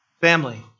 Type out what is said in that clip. Family